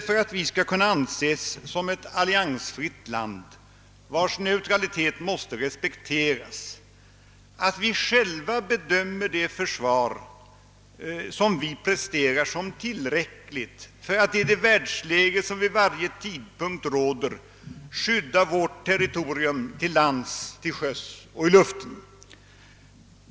För att vi skall kunna anses som ett alliansfritt land, vars neutralitet måste respekteras, räcker det inte med att vi själva bedömer det försvar vi presterar som tillräckligt för att i det världsläge, som vid varje tidpunkt råder, skydda vårt territorium till lands, till sjöss och 1 luften.